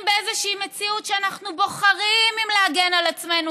באיזושהי מציאות שאנחנו בוחרים אם להגן על עצמנו,